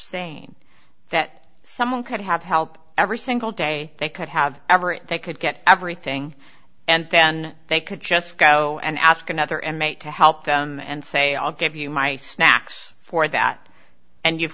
saying that someone could have helped every single day they could have every they could get everything and then they could just go and ask another and mate to help them and say i'll give you my snacks for that and you've